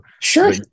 sure